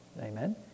Amen